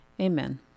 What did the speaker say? Amen